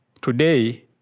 Today